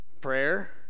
prayer